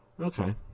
Okay